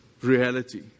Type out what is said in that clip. reality